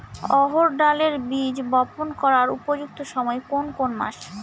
অড়হড় ডালের বীজ বপন করার উপযুক্ত সময় কোন কোন মাস?